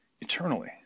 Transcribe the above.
eternally